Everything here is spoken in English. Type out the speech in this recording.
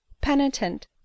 penitent